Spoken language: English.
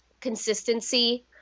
consistency